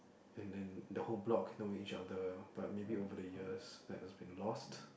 and the the whole block know each other but maybe over the years that has been lost